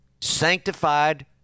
sanctified